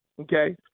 Okay